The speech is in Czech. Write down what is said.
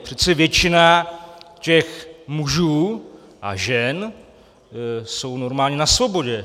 Přece většina těch mužů a žen jsou normálně na svobodě.